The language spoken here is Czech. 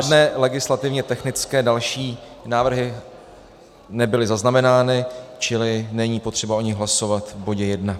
Žádné legislativně technické další návrhy nebyly zaznamenány, čili není potřeba o nich hlasovat v bodě jedna.